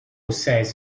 says